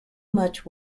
much